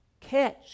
catch